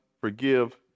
forgive